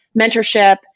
mentorship